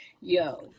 Yo